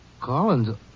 Collins